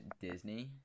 disney